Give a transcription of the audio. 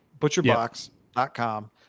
Butcherbox.com